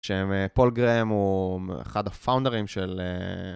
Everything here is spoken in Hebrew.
שפול גרהם הוא אחד הפאונדרים של...